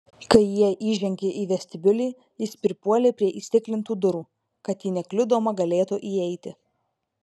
kai jie įžengė į vestibiulį jis pripuolė prie įstiklintų durų kad ji nekliudoma galėtų įeiti